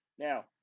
Now